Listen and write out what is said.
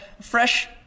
fresh